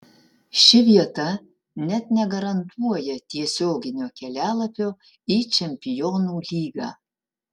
ši vieta net negarantuoja tiesioginio kelialapio į čempionų lygą